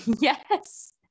Yes